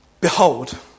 Behold